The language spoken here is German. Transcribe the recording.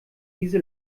diese